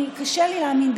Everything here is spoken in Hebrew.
קשה לי להאמין,